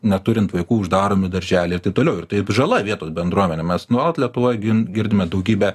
neturint vaikų uždaromi darželiai ir taip toliau ir taip žala vietos bendruomenėm nes nuolat lietuvoj gin girdime daugybę